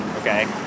Okay